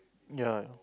ya